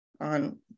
on